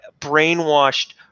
brainwashed